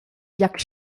jak